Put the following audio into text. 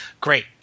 great